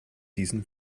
diesen